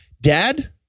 Dad